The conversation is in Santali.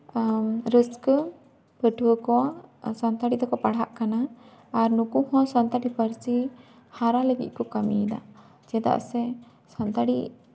ᱨᱟᱹᱥᱠᱟᱹ ᱯᱟᱹᱴᱷᱩᱣᱟᱹ ᱠᱚ ᱥᱟᱱᱛᱟᱲᱤ ᱛᱮᱠᱚ ᱯᱟᱲᱦᱟᱜ ᱠᱟᱱᱟ ᱟᱨ ᱱᱩᱠᱩ ᱦᱚᱸ ᱥᱟᱱᱛᱟᱲᱤ ᱯᱟᱹᱨᱥᱤ ᱦᱟᱨᱟ ᱞᱟᱹᱜᱤᱫ ᱠᱚ ᱠᱟᱹᱢᱤᱭᱮᱫᱟ ᱪᱮᱫᱟᱜ ᱥᱮ ᱥᱟᱱᱛᱟᱲᱤ